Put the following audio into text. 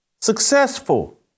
Successful